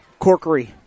Corkery